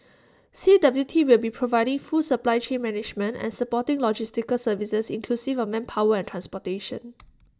C W T will be providing full supply chain management and supporting logistical services inclusive of manpower and transportation